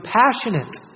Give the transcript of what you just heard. passionate